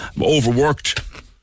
overworked